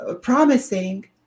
promising